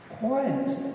Quiet